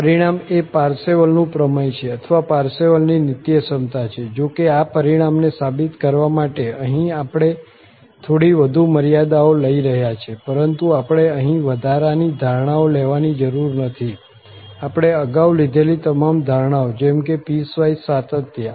આ પરિણામ એ પારસેવલનું પ્રમેય અથવા પારસેવલની નિત્યસમતા છે જો કે આ પરિણામને સાબિત કરવા માટે અહીં આપણે થોડી વધુ મર્યાદાઓ લઈ રહ્યા છીએ પરંતુ આપણે અહીં વધારાની ધારણાઓ લેવાની જરૂર નથી આપણે અગાઉ લીધેલી તમામ ધારણાઓ જેમ કે પીસવાઈઝ સાતત્ય